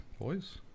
boys